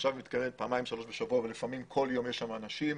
עכשיו מתקיימת פעמיים-שלוש בשבוע אבל לפעמים כל יום יש שם אנשים.